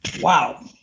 Wow